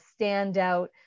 standout